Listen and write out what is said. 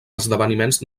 esdeveniments